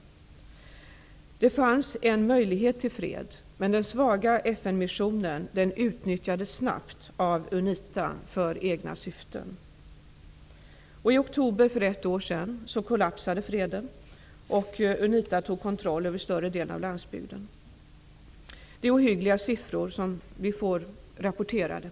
Det fanns en möjlighet till fred, men den svaga FN-missionen utnyttjades snabbt av Unita för egna syften. I oktober för ett år sedan kollapsade freden och Unita tog kontroll över större delen av landsbygden. Det är ohyggliga siffror som vi får rapporterade.